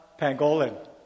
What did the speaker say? pangolin